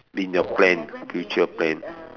in your plan future plan